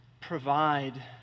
provide